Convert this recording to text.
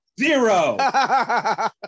Zero